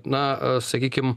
na sakykim